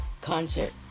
concert